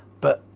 but,